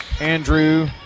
Andrew